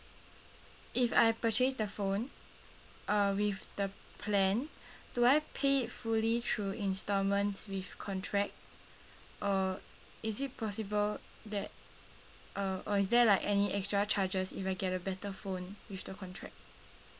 if I purchase the phone uh with the plan do I pay it fully through instalments with contract or is it possible that uh or is there like any extra charges if I get a better phone with the contract